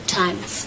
times